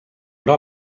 però